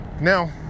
Now